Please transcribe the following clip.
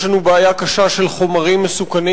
יש לנו בעיה קשה של חומרים מסוכנים